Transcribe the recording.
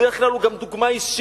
בדרך כלל הוא גם דוגמה אישית